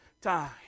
time